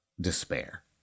despair